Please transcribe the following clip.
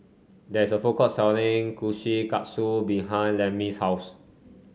there is a food court selling Kushikatsu behind Lemmie's house